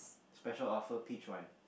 special offer peach wine